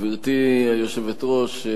גברתי היושבת-ראש,